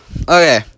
Okay